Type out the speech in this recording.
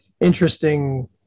interesting